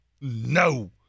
No